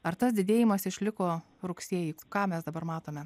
ar tas didėjimas išliko rugsėjį ką mes dabar matome